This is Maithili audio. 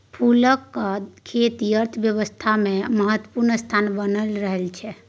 फूलक खेती अर्थव्यवस्थामे महत्वपूर्ण स्थान बना रहल छै